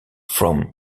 from